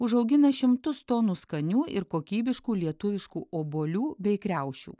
užaugina šimtus tonų skanių ir kokybiškų lietuviškų obuolių bei kriaušių